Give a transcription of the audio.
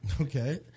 Okay